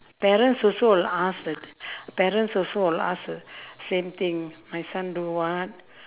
parents also will ask the parents also will ask the same thing my son do what